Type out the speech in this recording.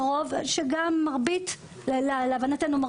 ולהבנתנו,